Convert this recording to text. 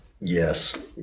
Yes